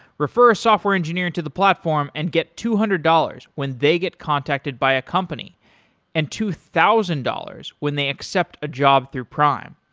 refer software engineering to the platform and get two hundred dollars when they get contacted by a company and two thousand dollars when they accept a job through prime.